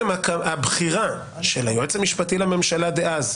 הבחירה של היועץ המשפטי לממשלה דאז,